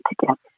together